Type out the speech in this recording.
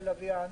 לוויין.